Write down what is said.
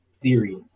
theory